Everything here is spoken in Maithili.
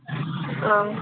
हँ